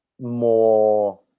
more